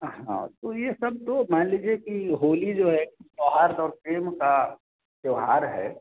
हाँ तो ये सब तो मान लीजिए कि होली जो है सौहार्द और प्रेम का त्यौहार है